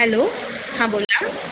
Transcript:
hello हां बोला